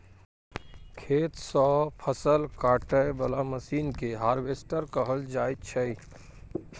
खेत सँ फसल काटय बला मशीन केँ हार्वेस्टर कहल जाइ छै